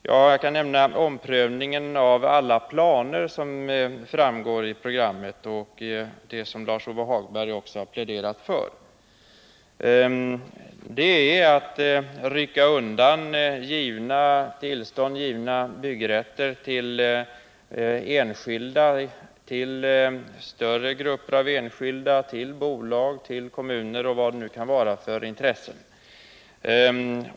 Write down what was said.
Ja, det gäller 203 t.ex. omprövningen av alla planer som omnämns i programmet och som Lars-Ove Hagberg också har pläderat för. Det vore att rycka undan givna tillstånd och byggrätter till enskilda, grupper av enskilda, till bolag och kommuner m.fl.